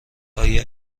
آیا